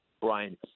Brian